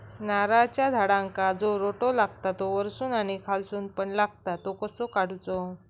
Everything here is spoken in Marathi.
नारळाच्या झाडांका जो रोटो लागता तो वर्सून आणि खालसून पण लागता तो कसो काडूचो?